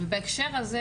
בהקשר הזה